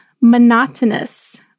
monotonous